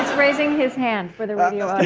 raising his hand, for the radio